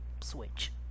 switch